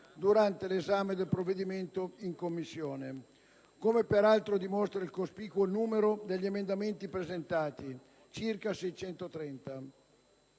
durante l'esame del provvedimento in Commissione, come per altro dimostra il cospicuo numero di emendamenti presentati - circa 630